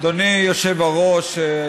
אדוני היושב-ראש,